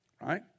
Right